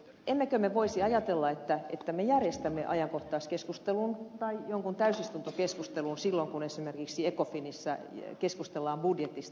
emmekö me voisi ajatella että me järjestämme ajankohtaiskeskustelun tai jonkun täysistuntokeskustelun silloin kun esimerkiksi ecofinissä keskustellaan budjetista